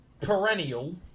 Perennial